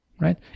right